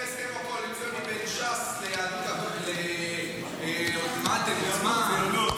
לפי ההסכם הקואליציוני בין ש"ס לציונות הדתית,